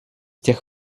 тех